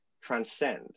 transcend